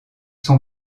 sont